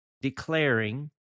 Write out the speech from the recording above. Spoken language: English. declaring